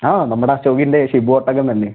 ആ നമ്മുടെ അശോകിൻ്റെ ഷിബു ഒട്ടകം തന്നെ